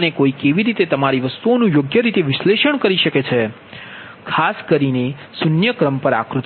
અને કોઇ કેવી રીતે તમારી વસ્તુઓનું યોગ્ય રીતે વિશ્લેષણ કરી શકે છે ખાસ કરીને શૂન્ય ક્રમ આકૃતિ